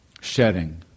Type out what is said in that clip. shedding